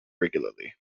regularly